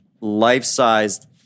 life-sized